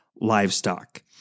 livestock